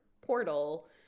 portal